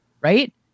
Right